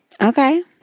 Okay